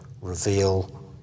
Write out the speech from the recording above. reveal